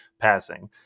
passing